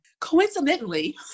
Coincidentally